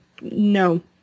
no